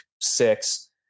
six